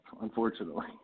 unfortunately